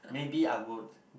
maybe I would